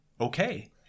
Okay